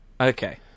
Okay